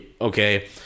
okay